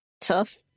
tough